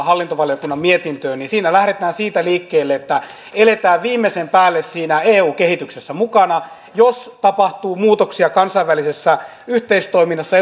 hallintovaliokunnan mietintöön lähdetään siitä liikkeelle että eletään viimeisen päälle siinä eu kehityksessä mukana jos tapahtuu muutoksia kansainvälisessä yhteistoiminnassa